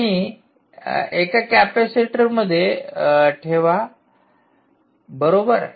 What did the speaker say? आणि एका कॅपेसिटरमध्ये ठेवा बरोबर